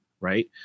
Right